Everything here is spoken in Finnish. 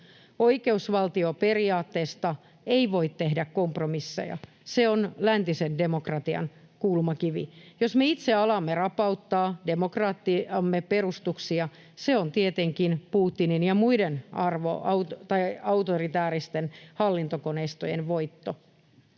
Oikeusvaltioperiaatteesta ei voi tehdä kompromisseja, se on läntisen demokratian kulmakivi. Jos me itse alamme rapauttaa demokratiamme perustuksia, se on tietenkin Putinin ja muiden autoritääristen hallintokoneistojen voitto.